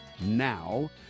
now